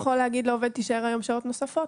אבל המעסיק יכול להגיד לעובד: תישאר היום שעות נוספות,